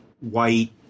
white